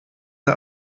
der